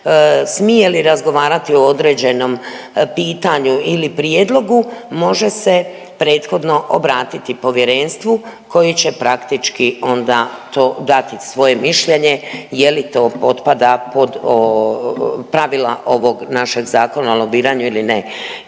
smije li razgovarati o određenom pitanju ili prijedlogu može se prethodno obratiti povjerenstvu koje će praktički onda to dati svoje mišljenje je li to potpada pod pravila ovog našeg Zakona o lobiranju ili ne.